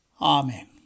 Amen